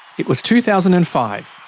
it was two thousand and five.